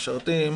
משרתים